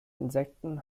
insekten